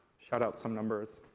shout out some numbers.